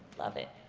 love it.